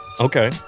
Okay